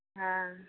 हँ